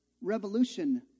revolution